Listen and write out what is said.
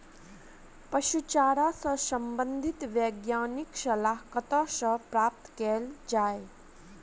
पशु चारा सऽ संबंधित वैज्ञानिक सलाह कतह सऽ प्राप्त कैल जाय?